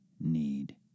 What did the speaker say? need